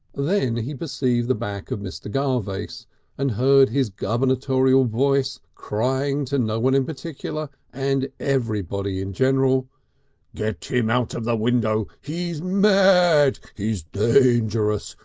then he perceived the back of mr. garvace and heard his gubernatorial voice crying to no one in particular and everybody in general get him out of the window. he's mad. he's dangerous.